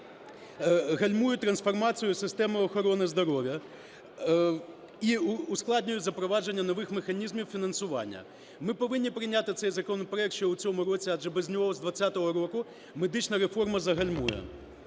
гальмують трансформацію системи охорони здоров'я і ускладнюють запровадження нових механізмів фінансування. Ми повинні прийняти цей законопроект ще в цьому році, адже без нього з 20-го року медична реформа загальмує.